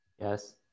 Yes